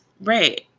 Right